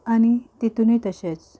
आनी तितूनय तशेंच